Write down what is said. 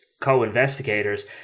co-investigators